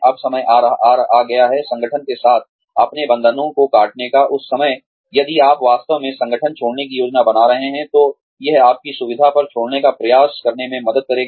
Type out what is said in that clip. अब समय आ गया है संगठन के साथ अपने बंधनों को काटने का उस समय यदि आप वास्तव में संगठन छोड़ने की योजना बना रहे हैं तो यह आपकी सुविधा पर छोड़ने का प्रयास करने में मदद करेगा